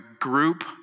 group